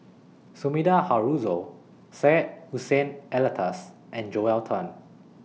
Sumida Haruzo Syed Hussein Alatas and Joel Tan